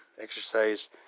exercise